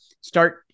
start